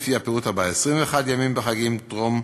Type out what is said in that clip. לפי הפירוט הבא: 21 ימים בחגים: טרום-סוכות,